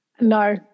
No